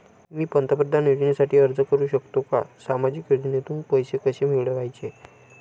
मी पंतप्रधान योजनेसाठी अर्ज करु शकतो का? सामाजिक योजनेतून पैसे कसे मिळवायचे